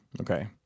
Okay